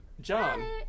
John